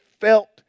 felt